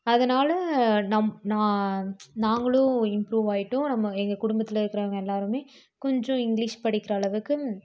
அதனால் நம் நான் நாங்களும் இம்ப்ரூவாயிவிட்டோம் நம்ம எங்கள் குடும்பத்தில் இருக்கறவங்க எல்லாருமே கொஞ்சம் இங்கிலிஷ் படிக்கிற அளவுக்கு